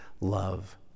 love